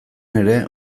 ere